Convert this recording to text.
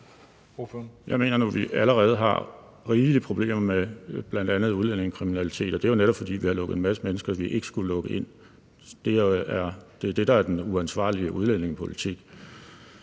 Jeg mener nu, at vi allerede har rigelige problemer med bl.a. udlændingekriminalitet, og det er jo netop, fordi vi har lukket en masse mennesker ind, som vi ikke skulle have lukket ind. Det er det, der er den uansvarlige udlændingepolitik.